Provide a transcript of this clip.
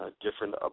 Different